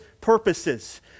purposes